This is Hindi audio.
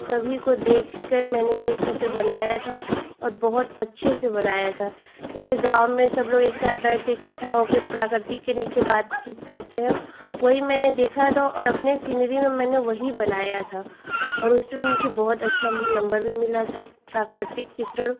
सभी को देखकर मैंने यह चित्र बनाया था और बहुत अच्छे से बनाया था जैसे गाँव में सबलोग एकसाथ बैठकर एकट्ठा होकर प्रकृति के नीचे बातचीत करते हैं वही मैंने देखा तो और अपने सिनरी में मैंने वही बनाया था और उसमें मुझे बहुत अच्छा नम्बर भी मिला था प्राकृतिक चित्रण